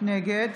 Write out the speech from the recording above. נגד